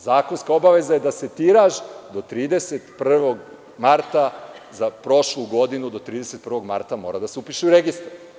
Zakonska obaveza je da se tiraž do 31. marta, za prošlu godinu do 31. marta mora da se upiše u registar.